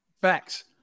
Facts